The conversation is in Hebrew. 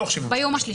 ביום השלישי.